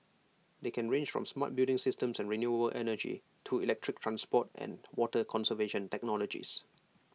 they can range from smart building systems and renewable energy to electric transport and water conservation technologies